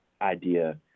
idea